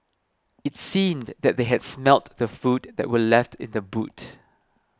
it seemed that they had smelt the food that were left in the boot